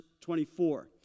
24